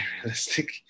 realistic